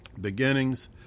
beginnings